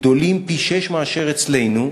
"גדולים פי-שישה מאשר אצלנו",